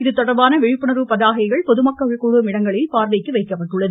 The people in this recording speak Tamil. இதுதொடர்பான விழிப்புணர்வு பதாகைகள் பொதுமக்கள் கூடும் இடங்களில் பார்வைக்கு வைக்கப்பட்டுள்ளது